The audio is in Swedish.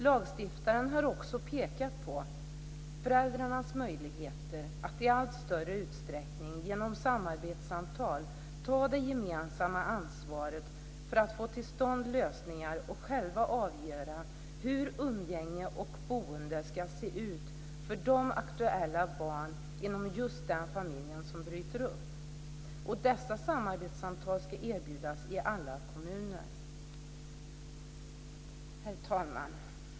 Lagstiftaren har också pekat på föräldrarnas möjligheter att i allt större utsträckning genom samarbetssamtal ta det gemensamma ansvaret för att få till stånd lösningar och själva avgöra hur umgänge och boende ska se ut för de aktuella barnen inom just den familjen som bryter upp. Dessa samarbetssamtal ska erbjudas i alla kommuner. Herr talman!